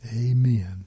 Amen